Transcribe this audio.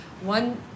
one